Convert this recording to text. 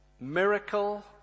Miracle